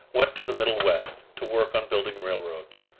went to the middle west, to work on building railroads.